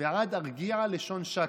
ועד ארגיעה לשון שקר".